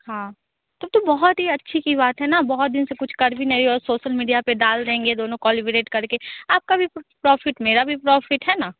हाँ तो तो बहुत ही अच्छी की बात है ना बहुत दिन से कुछ कर भी नहीं हो सोशल मीडिया पर डाल देंगे दोनों कोलिब्रेट करके आपका भी प्रॉफिट मेरा भी प्रॉफिट है ना